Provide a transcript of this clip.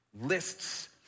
lists